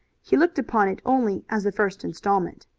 he looked upon it only as the first installment.